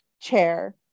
chair